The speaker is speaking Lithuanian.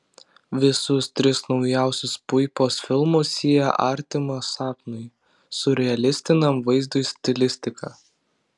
visus tris naujausius puipos filmus sieja artima sapnui siurrealistiniam vaizdui stilistika